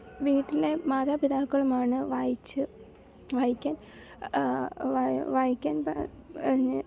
വീട്ടിലെ മാതാപിതാക്കളുമാണ് വായിച്ചു വായിക്കാൻ വായിക്കാൻ എന്നെ